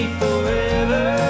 forever